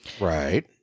Right